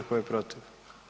Tko je protiv?